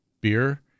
beer